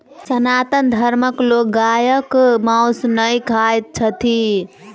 सनातन धर्मक लोक गायक मौस नै खाइत छथि